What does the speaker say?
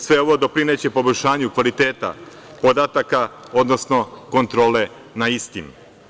Sve ovo doprineće poboljšanju kvaliteta podataka, odnosno kontrole na istim.